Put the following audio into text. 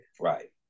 Right